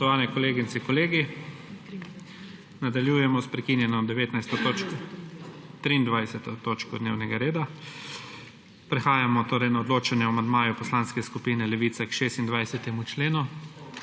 Prehajamo na odločanje o amandmaju Poslanske skupine Levica k 26. členu.